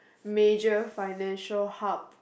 major financial hub